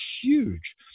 huge